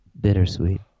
Bittersweet